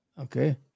Okay